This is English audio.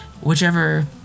whichever